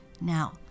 Now